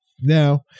Now